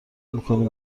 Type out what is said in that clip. میکنیم